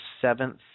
seventh